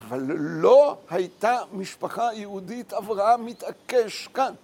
אבל לא הייתה משפחה יהודית אברהם מתעקש כאן.